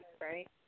right